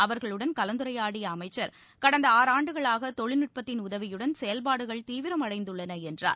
அவர்களுடன் கலந்துரையாடிய அமைச்சர் கடந்த ஆறாண்டுகளாக தொழில்நட்பத்தின் உதவியுடன் செயல்பாடுகள் தீவிரம் அடைந்துள்ளன என்றார்